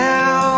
Now